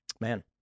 man